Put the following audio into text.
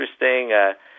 interesting